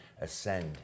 ascend